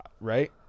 Right